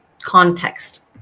context